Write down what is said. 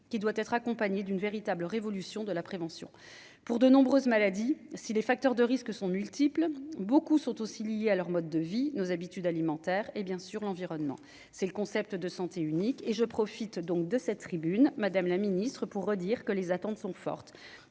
qui doit être accompagné d'une véritable révolution de la prévention pour de nombreuses maladies si les facteurs de risque sont multiples : beaucoup sont aussi liés à leur mode de vie, nos habitudes alimentaires et bien sûr l'environnement c'est le concept de santé unique et je profite donc de cette tribune, Madame la Ministre, pour redire que les attentes sont fortes